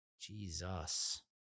Jesus